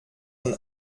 von